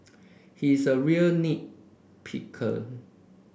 he is a real nit picker